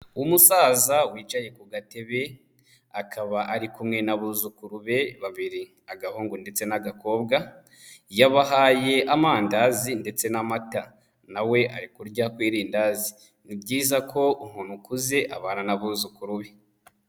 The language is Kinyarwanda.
Umusaza wicaye ku gatebe, akaba ari kumwe n'abuzukuru be babiri agahungu ndetse n'agakobwa, yabahaye amandazi ndetse n'amata na we ari kurya ku irindazi, ni byiza ko umuntu ukuze abana n'abuzukuru be.